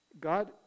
God